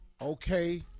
Okay